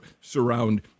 surround